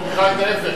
הממשלה מוכיחה ההיפך,